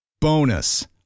Bonus